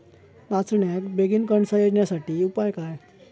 नाचण्याक बेगीन कणसा येण्यासाठी उपाय काय?